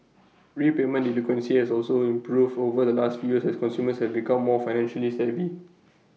repayment delinquency has also improved over the last few years as consumers become more financially savvy